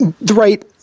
right